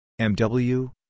MW